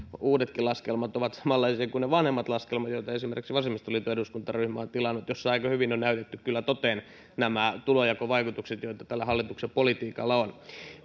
uudetkin laskelmat ovat samanlaisia kuin ne vanhemmat laskelmat joita esimerkiksi vasemmistoliiton eduskuntaryhmä on tilannut joissa aika hyvin on näytetty kyllä toteen nämä tulojakovaikutukset joita tällä hallituksen politiikalla on